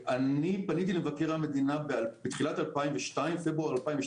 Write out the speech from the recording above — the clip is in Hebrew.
אני פניתי למבקר המדינה בפברואר 2002